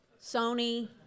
Sony